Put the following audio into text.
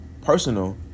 Personal